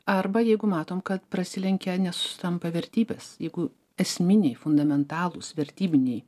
arba jeigu matom kad prasilenkia nesutampa vertybės jeigu esminiai fundamentalūs vertybiniai